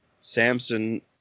Samson